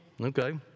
Okay